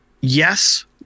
yes